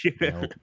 nope